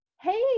Hey